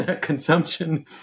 consumption